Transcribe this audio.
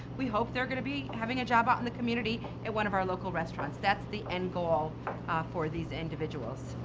we hope they're going to be having a job out in the community at one of our local restaurants. that's the end goal for these individuals.